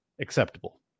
acceptable